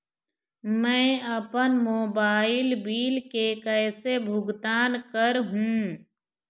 मैं अपन mobile bill के कैसे भुगतान कर हूं?